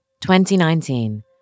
2019